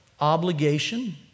Obligation